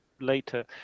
later